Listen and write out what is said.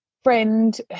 friend